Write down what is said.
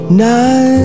night